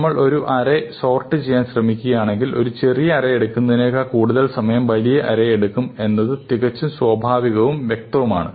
നമ്മൾ ഒരു array sort ചെയ്യാൻ ശ്രമിക്കുകയാണെങ്കിൽ ഒരു ചെറിയ അറേ എടുക്കുന്നതിനേക്കാൾ കൂടുത സമയം വലിയ അറേ എടുക്കും എന്നത് തികച്ചും സ്വാഭാവികവും വ്യക്തവുമാണ്